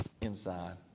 inside